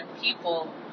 people